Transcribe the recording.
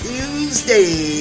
Tuesday